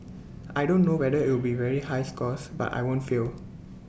I don't know whether IT will be very high scores but I won't fail